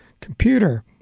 computer